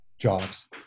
jobs